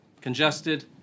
congested